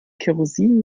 kerosin